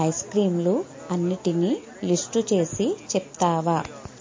ఐస్క్రీమ్లు అన్నిటినీ లిస్టు చేసి చెప్తావా